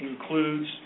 includes